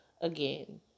again